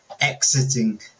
exiting